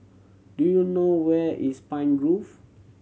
do you know where is Pine Grove